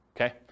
Okay